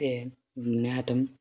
ते ज्ञातं